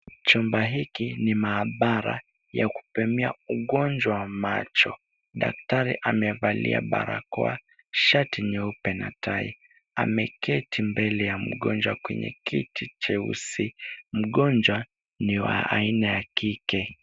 Chumba hiki ni maabara ya kupimia ugonjwa wa macho. Daktari amevalia barakoa, shati nyeupe na tai. Ameketi mbele ya mgonjwa kwenye kiti cheusi. Mgonjwa ni wa aina ya kike.